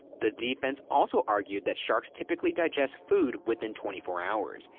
the defense also argued that sharks typically digest food within twenty four hours.